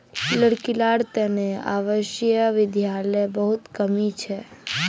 लड़की लार तने आवासीय विद्यालयर बहुत कमी छ